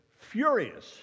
furious